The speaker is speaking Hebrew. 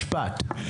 משפט.